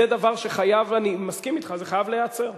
אני מסכים אתך, זה חייב להיעצר.